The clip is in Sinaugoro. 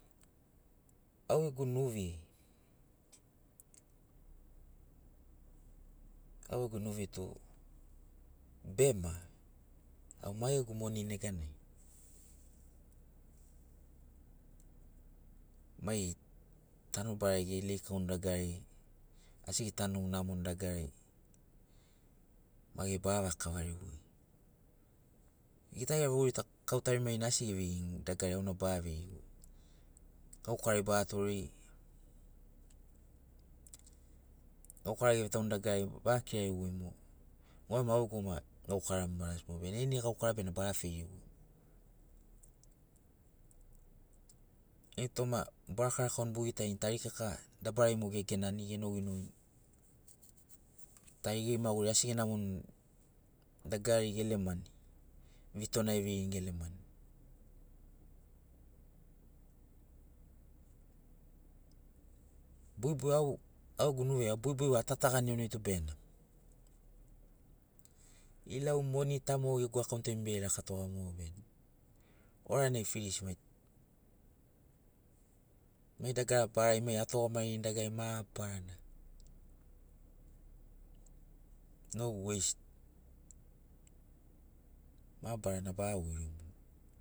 Au ḡegu nuvi au ḡegu nuvi tu bema au maḡegu moni neganai mai tanobarai ḡe leikaun dagarari asi ḡetanu namoni dagarari mai ḡeri bara vaḡa kavari ḡoi ĝita ĝera vegorikau tarima na asi ge veirin dagarari auna bara veiri gaukarai bara toreri gaukara ge vetaun dagarari bara kirari goi mogo goiagoma au gegu goma gaukara barasi bena eni gaukara mogo benam bara feiri goi ini toma bo rakaurakaun bo gitarin tari kika dabarai moḡo e genan ge noginogin tari geri maguri asi genamoni dagarari gelemani vito na eveirini gelemani bogibogi au au gegu nuvi ai bogibogi vau atatagani benamo ilau moni ta mo gegu akaont ai mo berakatoga benamo oranai filisi mai mai dagara barari mai atugamagini dagarari mabarana no weist mabarana ba voi mo